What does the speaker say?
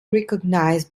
recognized